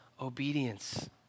obedience